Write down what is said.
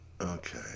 Okay